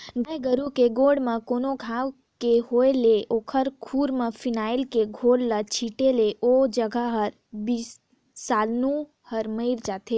गाय गोरु के गोड़ म कोनो घांव के होय ले ओखर खूर में फिनाइल के घोल ल छींटे ले ओ जघा के बिसानु हर मइर जाथे